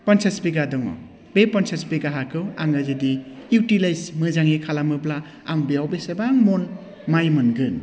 फनसास बिघा दङ बे फनसास बिघा हाखौ आङो जुदि इउटिलाइस मोजाङै खालामोब्ला आं बेयाव बेसेबां मन माइ मोनगोन